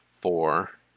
four